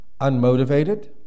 unmotivated